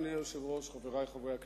אדוני היושב-ראש, חברי חברי הכנסת,